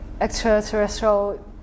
extraterrestrial